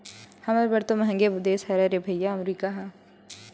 हमर बर तो मंहगे देश हरे रे भइया अमरीका ह